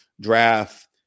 draft